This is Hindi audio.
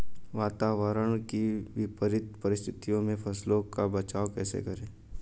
वातावरण की विपरीत परिस्थितियों में फसलों का बचाव कैसे करें?